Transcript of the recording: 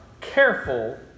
careful